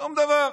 שום דבר.